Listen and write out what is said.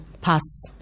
pass